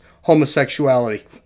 homosexuality